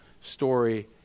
story